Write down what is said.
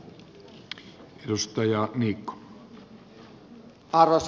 arvoisa herra puhemies